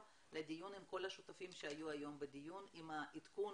לדיון עם כל השותפים שהיו היום בדיון עם עדכון,